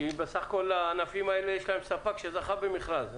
כי הענפים האלה, יש להם ספק שזכה במכרז.